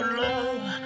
love